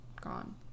gone